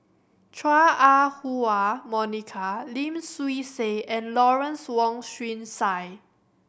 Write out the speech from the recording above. Chua Ah Huwa Monica Lim Swee Say and Lawrence Wong Shyun Tsai